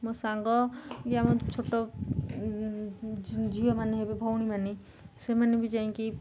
ମୋ ସାଙ୍ଗ କି ଆମ ଛୋଟ ଝିଅମାନେ ହେବେ ଭଉଣୀମାନେ ସେମାନେ ବି ଯାଇକି